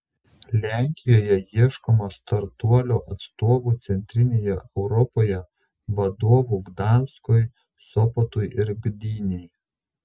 lenkijoje ieškoma startuolio atstovų centrinėje europoje vadovų gdanskui sopotui ir gdynei